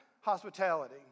Hospitality